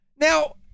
Now